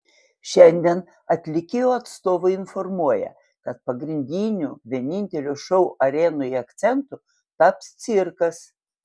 šiandien atlikėjo atstovai informuoja kad pagrindiniu vienintelio šou arenoje akcentu taps cirkas